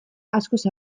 askoz